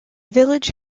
village